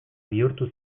bihurtu